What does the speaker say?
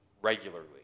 regularly